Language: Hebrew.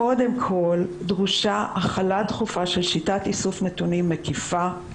קודם כל דרושה החלה דחופה של שיטת איסוף נתונים מקיפה,